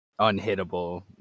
unhittable